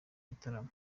gitaramo